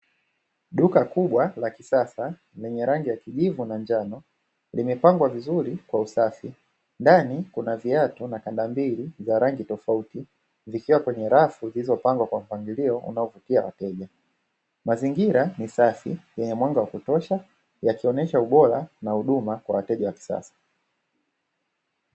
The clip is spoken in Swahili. Duka kubwa la kisasa lenye rangi ya kijivu na njano, limepangwa vizuri kwa usafi, ndani kuna viatu na kanda mbili za rangi tofauti, zikiwa kwenye rafu zilizopangwa kwa mpangilio wa kuvutia wateja. Mazingira ni safi yenye mwanga wa kutosha, yakionesha ubora na huduma kwa wateja wa kisasa.